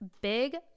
Big